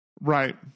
Right